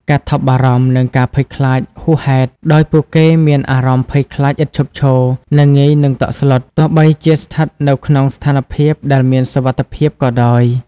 ការថប់បារម្ភ និងការភ័យខ្លាចហួសហេតុ ដោយពួកគេមានអារម្មណ៍ភ័យខ្លាចឥតឈប់ឈរ និងងាយនឹងតក់ស្លុត ទោះបីជាស្ថិតនៅក្នុងស្ថានភាពដែលមានសុវត្ថិភាពក៏ដោយ។